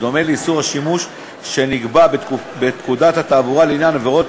בדומה לאיסור השימוש שנקבע בפקודת התעבורה לעניין עבירות